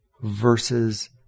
versus